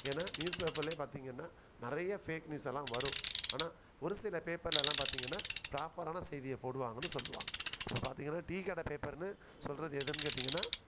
ஏன்னா நியூஸ் பேப்பரில் பார்த்திங்கன்னா நிறைய ஃபேக் நியூஸெல்லாம் வரும் ஆனால் ஒரு சில பேப்பர்லலாம் பார்த்திங்கன்னா ப்ராப்பரான செய்தியைப் போடுவாங்கன்னு சொல்லுவாங்க இப்போ பார்த்திங்கன்னா டீ கடை பேப்பர்னு சொல்கிறது எதுன்னு கேட்டிங்கன்னால்